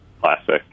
classic